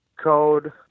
code